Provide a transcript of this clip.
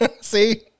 See